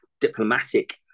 diplomatic